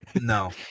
No